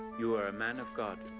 you are a man of god.